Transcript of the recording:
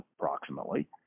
approximately